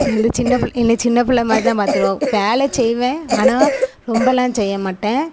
நான் வந்து சின்னப்பிள்ள என்ன வந்து சின்னப்பிள்ள மாதிரி தான் பார்த்துருவா வேலை செய்வேன் ஆனால் ரொம்பலாம் செய்ய மாட்டேன்